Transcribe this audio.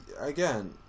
Again